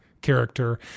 character